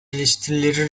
eleştirileri